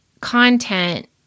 content